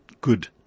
good